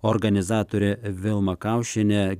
organizatorė vilma kaušienė